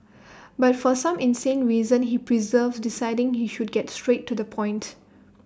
but for some insane reason he perseveres deciding he should get straight to the point